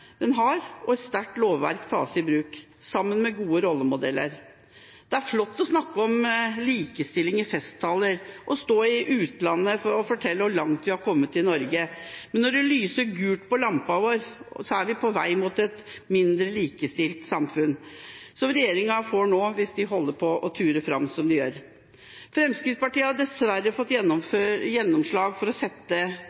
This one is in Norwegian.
den neste regjeringa fra Arbeiderpartiet kommer til å gjøre. Dersom en vil noe med likestilling, må de midlene en har, og et sterkt lovverk tas i bruk, sammen med gode rollemodeller. Det er flott å snakke om likestilling i festtaler og å stå i utlandet og fortelle hvor langt vi har kommet i Norge, men når det lyser gult i lampa vår, er vi på vei mot et mindre likestilt samfunn, som er det regjeringa får nå, hvis de fortsetter å ture fram